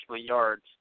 yards